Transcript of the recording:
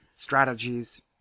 strategies